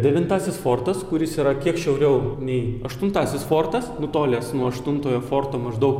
devintasis fortas kuris yra kiek šiauriau nei aštuntasis fortas nutolęs nuo aštuntojo forto maždaug